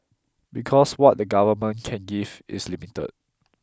because what the government can give is limited